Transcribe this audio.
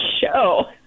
show